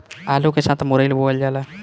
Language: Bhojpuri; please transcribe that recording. आलू के साथ मुरई बोअल जाला